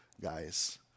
guys